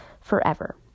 forever